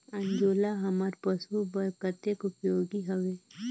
अंजोला हमर पशु बर कतेक उपयोगी हवे?